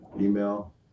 email